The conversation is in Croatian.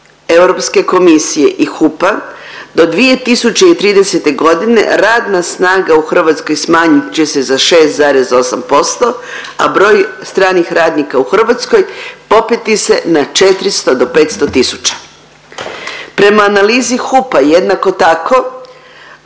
Europske komisije i HUP-a do 2030.g. radna snaga u Hrvatskoj smanjit će se za 6,8%, a broj stranih radnika u Hrvatskoj popeti se na 400 do 500 tisuća. Prema analizi HUP-a jednako tako